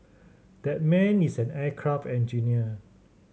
that man is an aircraft engineer